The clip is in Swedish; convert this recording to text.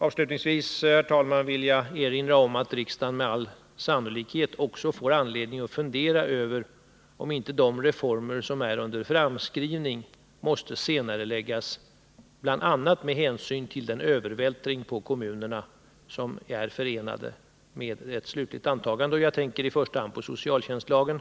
Avslutningsvis vill jag erinra om att riksdagen med all sannolikhet får anledning att fundera över om inte de reformer som är under framskrivning måste senareläggas, bl.a. med hänsyn till den övervältring på kommunerna som är förenad med ett slutligt antagande. Jag tänker i första hand på socialtjänstlagen.